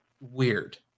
weird